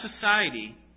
society